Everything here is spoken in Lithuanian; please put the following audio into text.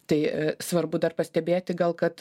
tai svarbu dar pastebėti gal kad